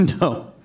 No